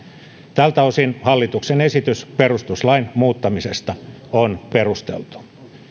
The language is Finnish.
tältä osin hallituksen esitys perustuslain muuttamisesta on perusteltu